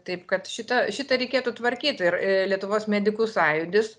taip kad šitą šitą reikėtų tvarkyt ir lietuvos medikų sąjūdis